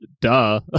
duh